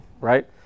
right